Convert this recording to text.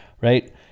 right